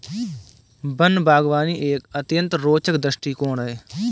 one बागवानी एक अत्यंत रोचक दृष्टिकोण है